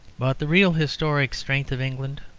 but the real historic strength of england,